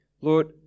Lord